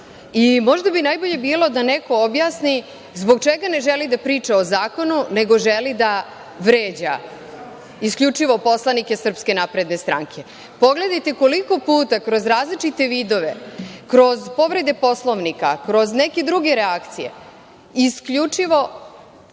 Možda bi najbolje bilo da neko objasni zbog čega ne želi da priča o zakonu, nego želi da vređa, isključivo poslanike SNS?Pogledajte koliko puta, kroz različite vidove, kroz povrede Poslovnika, kroz neke druge reakcije, isključivo